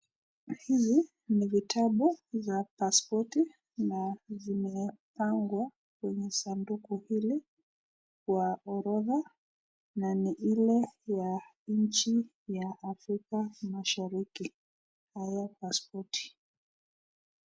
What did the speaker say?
Hizi ni vitabu za paspoti na zimepangwa kwenye sanduku hili kwa orodha na ni ile ya nchi ya Afrika mashariki, haya paspoti.